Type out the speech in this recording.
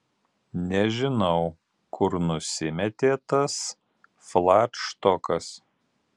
nežinau kur nusimetė tas fladštokas